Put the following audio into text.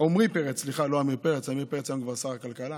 עומרי פרץ, סליחה, עמיר פרץ הוא כבר שר הכלכלה